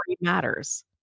matters